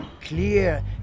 clear